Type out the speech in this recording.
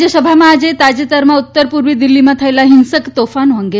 રાજ્યસભામાં આજે તાજેતરમાં ઉત્તર પૂર્વ દિલ્હીમાં થયેલા હિંસક તોફાનો અંગે